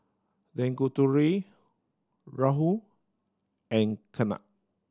Tanguturi Rahul and Ketna